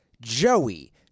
Joey